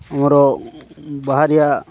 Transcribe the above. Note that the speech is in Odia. ଆମର ବାହାରିଆ